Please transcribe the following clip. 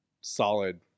solid